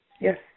Yes